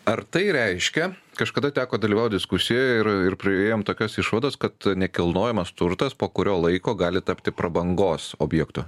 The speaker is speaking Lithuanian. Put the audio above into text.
ar tai reiškia kažkada teko dalyvaut diskusijoj ir ir priėjom tokios išvados kad nekilnojamas turtas po kurio laiko gali tapti prabangos objektu